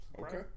Okay